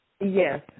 Yes